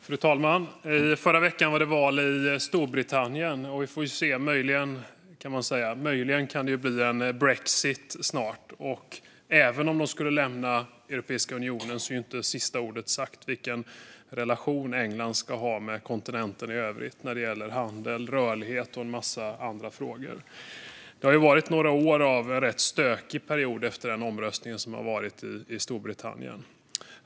Fru talman! I förra veckan var det val i Storbritannien. Möjligen kan det bli en brexit snart. Även om de skulle lämna Europeiska unionen är inte sista ordet sagt när det gäller vilken relation England ska ha med kontinenten i övrigt när det gäller handel, rörlighet och en massa andra frågor. Det har varit en rätt stökig period i några år efter omröstningen i Storbritannien.